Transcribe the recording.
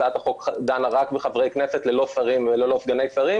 הצעת החוק דנה רק בחברי כנסת ללא שרים וללא סגני שרים.